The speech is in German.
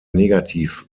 negativ